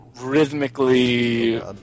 rhythmically